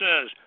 says